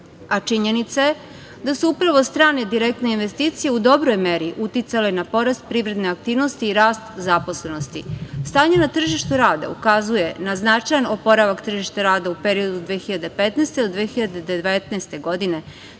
a činjenica je da su upravo strane direktne investicije u dobroj meri uticale na porast privredne aktivnosti i rast zaposlenosti. Stanje na tržištu rada ukazuje na značajan oporavak tržišta rada u periodu od 2015. do 2019. godine,